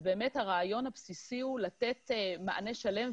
אז באמת הרעיון הבסיסי הוא לתת מענה שלם,